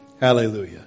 Hallelujah